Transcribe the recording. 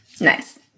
Nice